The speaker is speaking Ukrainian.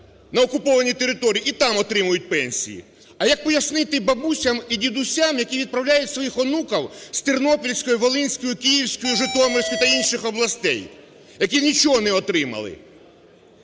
на окуповані території і там отримують пенсії. А як пояснити бабусям і дідусям, які відправляють своїх онуків з Тернопільської, Волинської, Київської, Житомирської та інших областей, які нічого не отримали?